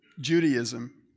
Judaism